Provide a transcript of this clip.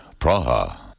Praha